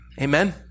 amen